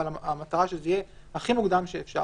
אבל המטרה שזה יהיה הכי מוקדם שאפשר,